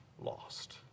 lost